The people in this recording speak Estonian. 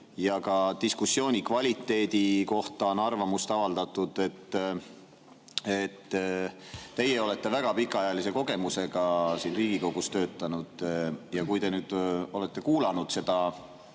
ja ka diskussiooni kvaliteedi kohta on arvamust avaldatud. Teie olete väga pikaajalise kogemusega siin Riigikogus ja kui te nüüd olete kuulanud seda,